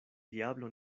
diablo